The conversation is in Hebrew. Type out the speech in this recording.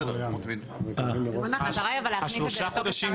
השלושה חודשים,